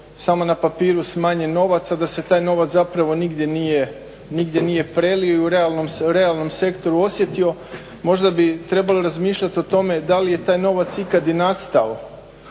samo na papiru smanjen novac, a da se taj novac zapravo nigdje nije prelio i u realnom sektoru osjetio. Možda bi trebalo razmišljat o tome da li je taj novac ikad i nastao,